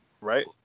Right